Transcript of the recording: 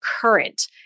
current